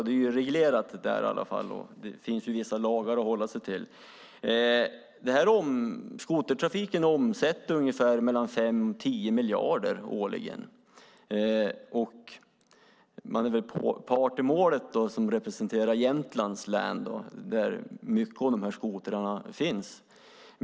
Där är det i alla fall reglerat; det finns ju vissa lagar att hålla sig till. Skotertrafiken omsätter 5-10 miljarder kronor årligen. Som representant för Jämtlands län är jag väl part i målet eftersom många av skotrarna finns där.